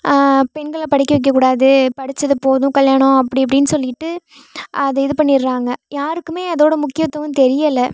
பெண்களை படிக்க வைக்கக்கூடாது படித்தது போதும் கல்யாணம் அப்படி இப்படின்னு சொல்லிகிட்டு அதை இது பண்ணிடுறாங்க யாருக்குமே அதோட முக்கியத்துவம் தெரியலை